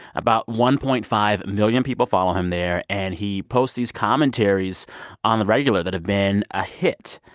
about one point five million people follow him there, and he posts these commentaries on the regular that have been ah hit.